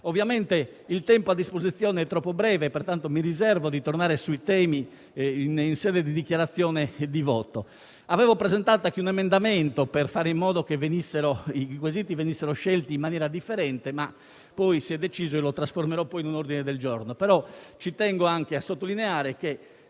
Ovviamente il tempo a disposizione è troppo breve, pertanto mi riservo di tornare su questi temi in fase di dichiarazione di voto. Avevo presentato anche un emendamento per fare in modo che i quesiti venissero scelti in maniera differente, ma poi si è deciso diversamente: trasformerò comunque l'emendamento in un ordine del giorno. Ci tengo anche a sottolineare che